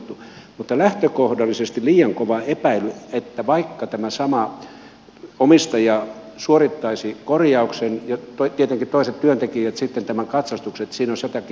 mutta lähtökohdallisesti on liian kova epäily että jos vaikka tämä sama omistaja suorittaisi korjauksen ja tietenkin toiset työntekijät sitten tämän katsastuksen niin siinä olisi jotakin häikkää